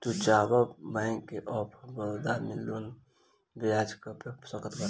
तू चाहअ तअ बैंक ऑफ़ बड़ोदा से लोन कम बियाज पअ ले सकत बाटअ